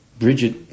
Bridget